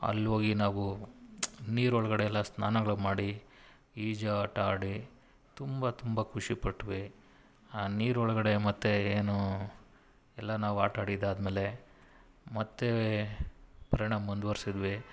ಅಲ್ಲೋಗಿ ನಾವು ನೀರೊಳಗಡೆ ಎಲ್ಲ ಸ್ನಾನಗಳು ಮಾಡಿ ಈಜಾಟ ಆಡಿ ತುಂಬ ತುಂಬ ಖುಷಿಪಟ್ವಿ ಆ ನೀರೊಳಗಡೆ ಮತ್ತೆ ಏನು ಎಲ್ಲ ನಾವು ಆಟಾಡಿದ್ದಾದ್ಮೇಲೆ ಮತ್ತೆ ಪ್ರಯಾಣ ಮುಂದುವರ್ಸಿದ್ವಿ